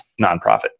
nonprofit